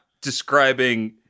describing